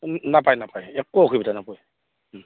নাপায় নাপায় একো অসুবিধা নাপায়